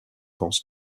pense